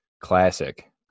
Classic